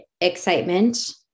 excitement